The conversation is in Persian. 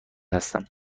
هستم